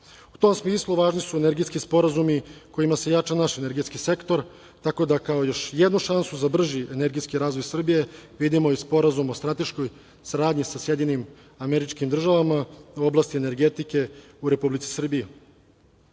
tom smislu važni su energetski sporazumi kojima se jača naš energetski sektor, tako da kao još jednu šansu za brži energetski razvoj Srbije vidimo i Sporazum o strateškoj saradnji sa SAD u oblasti energetike u Republici Srbiji.S